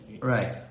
right